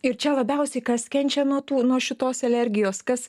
ir čia labiausiai kas kenčia nuo tų nuo šitos energijos kas